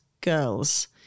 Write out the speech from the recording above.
girls